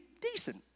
decent